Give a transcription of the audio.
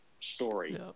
story